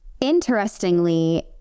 Interestingly